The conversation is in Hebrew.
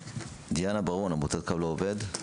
דיאנה ברון, עמותת קו לעובד.